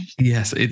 Yes